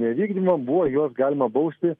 nevykdymą buvo juos galima bausti